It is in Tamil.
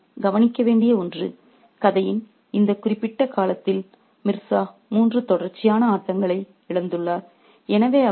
எனவே இது நாம் கவனிக்க வேண்டிய ஒன்று கதையின் இந்த குறிப்பிட்ட கட்டத்தில் மிர்சா மூன்று தொடர்ச்சியான ஆட்டங்களை இழந்துள்ளார்